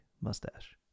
mustache